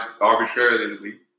arbitrarily